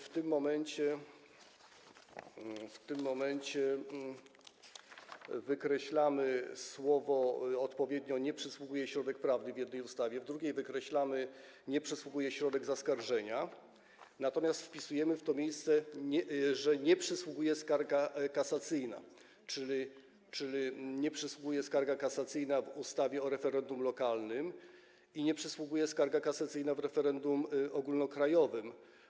W tym momencie wykreślamy odpowiednio wyrazy: nie przysługuje środek prawny, w jednej ustawie, w drugiej wykreślamy: nie przysługuje środek zaskarżenia, natomiast wpisujemy w to miejsce, że nie przysługuje skarga kasacyjna, czyli nie przysługuje skarga kasacyjna w ustawie o referendum lokalnym i nie przysługuje skarga kasacyjna w ustawie o referendum ogólnokrajowym.